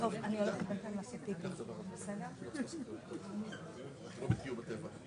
קיבלנו את המענה ואפילו לא לאחת מהדרישות שלנו.